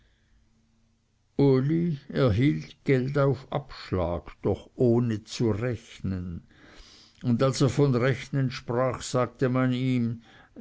geld auf abschlag doch ohne zu rechnen und als er von rechnen sprach sagte man ihm